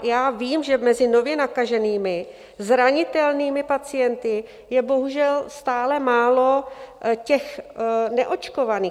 Já vím, že mezi nově nakaženými zranitelnými pacienty je bohužel stále málo těch neočkovaných.